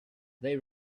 they